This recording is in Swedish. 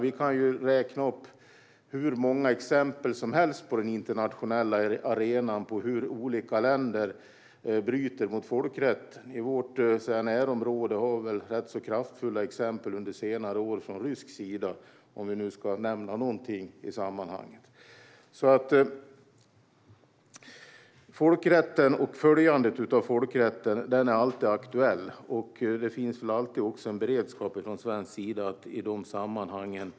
Vi kan räkna upp hur många exempel som helst från den internationella arenan på hur olika länder bryter mot folkrätten. I vårt närområde har det varit rätt kraftfulla exempel under senare år från rysk sida, om vi nu ska nämna någonting i sammanhanget. Folkrätten och följandet av folkrätten är alltid aktuellt. Det finns alltid en beredskap från svensk sida att agera i de sammanhangen.